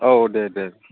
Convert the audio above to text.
औ दे दे